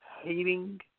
hating